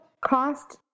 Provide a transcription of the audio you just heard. cost